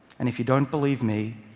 and if you don't believe me,